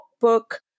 book